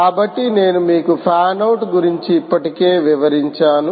కాబట్టి నేను మీకు ఫ్యాన్ ఔట్ గురించి ఇప్పటికే వివరించాను